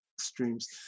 streams